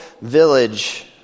village